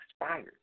expired